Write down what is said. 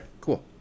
cool